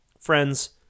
Friends